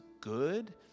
good